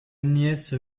agnès